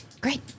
Great